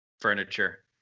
furniture